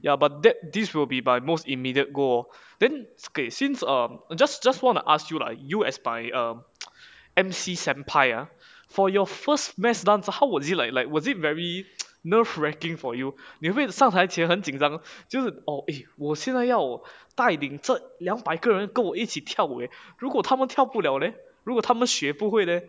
ya but that this will be my most immediate goal lor then okay since I I just just want to ask you lah you as my emcee senpai ah for your first mass dance ah how would was it like like was it very nerve wracking for you 你会上台前很紧张就是 orh eh 我现在要带领这两百个人跟我一起跳舞 leh 如果他们跳不 liao leh 如果他们学不会 leh